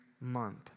month